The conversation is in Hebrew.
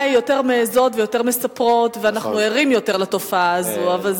נשים אולי יותר מעזות ויותר מספרות ואנחנו ערים יותר לתופעה הזאת.